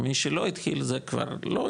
מי שלא התחיל זה כבר לא,